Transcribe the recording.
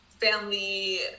family